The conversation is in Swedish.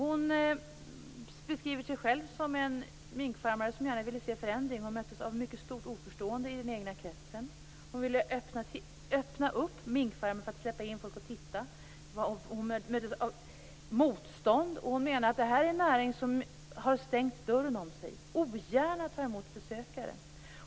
Hon beskriver sig själv som en minkfarmare som gärna ville se en förändring, men hon möttes av mycket stort oförstående i den egna kretsen. Hon ville öppna minkfarmen och släppa in folk för att titta. Hon möttes av motstånd. Hon menar att detta är en näring som har stängt dörren om sig och ogärna tar emot besökare.